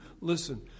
Listen